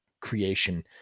creation